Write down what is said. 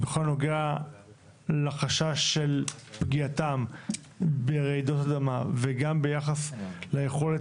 בכל הנוגע לחשש של פגיעתם ברעידות אדמה וגם ביחס ליכולת